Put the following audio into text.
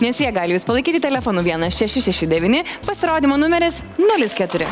nes jie gali jus palaikyti telefonu vienas šeši šeši devyni pasirodymo numeris nulis keturi